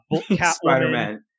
Spider-Man